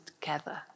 together